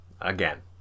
Again